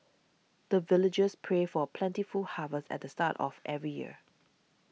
the villagers pray for plentiful harvest at the start of every year